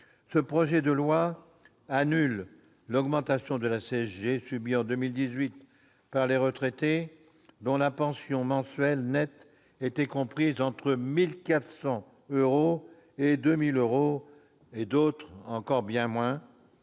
Ce projet de loi annule l'augmentation de la CSG subie en 2018 par les retraités dont la pension mensuelle nette était comprise entre 1 400 euros et 2 000 euros. C'est une décision